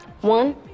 One